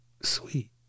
Sweet